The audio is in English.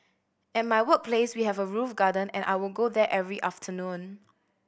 at my workplace we have a roof garden and I would go there every afternoon